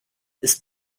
ist